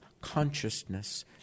consciousness